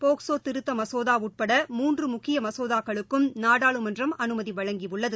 POCSO திருத்த மசோதா உட்பட மூன்று முக்கிய மசோதாக்களுக்கும் நாடாளுமன்றம் அனுமதி வழங்கியுள்ளது